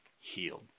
healed